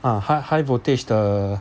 uh high high voltage 的